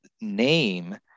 name